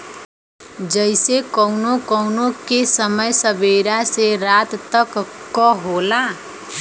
जइसे कउनो कउनो के समय सबेरा से रात तक क होला